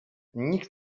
nikt